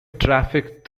traffic